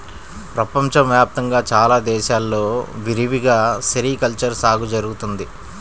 ప్రపంచ వ్యాప్తంగా చాలా దేశాల్లో విరివిగా సెరికల్చర్ సాగు జరుగుతున్నది